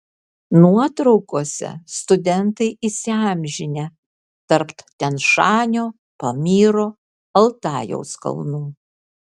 nuotraukose studentai įsiamžinę tarp tian šanio pamyro altajaus kalnų